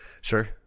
Sure